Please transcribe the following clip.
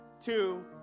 two